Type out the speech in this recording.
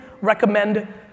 recommend